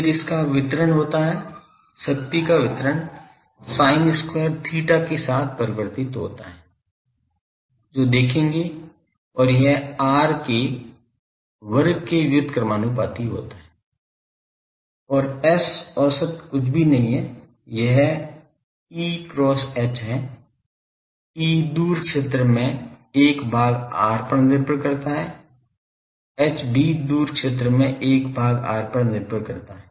फिर इसका वितरण होता है शक्ति का वितरण sin square theta के साथ परिवर्तित होता है जो देखेंगे और यह आर के वर्ग के व्युत्क्रमानुपाती होता है क्योंकि S औसत कुछ भी नहीं है यह E cross H है E दूर क्षेत्र में 1 भाग r पर निर्भर करता है H भी दूर क्षेत्र में 1 भाग r पर निर्भर करता है